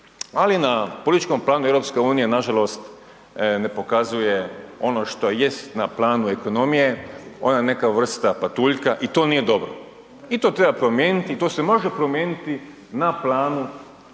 ali na političkom planu EU nažalost ne pokazuje ono što jest na planu ekonomije, ona neka vrsta patuljka i to nije dobro i to treba promijeniti i to se može promijeniti na planu zajedničke